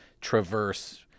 traverse